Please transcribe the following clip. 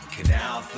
Canal